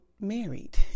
married